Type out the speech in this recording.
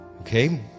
Okay